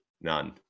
none